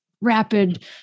rapid